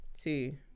two